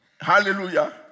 Hallelujah